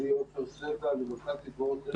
עופר סלע,